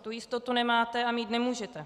Tu jistotu nemáte a mít nemůžete.